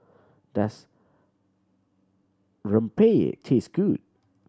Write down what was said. does rempeyek taste good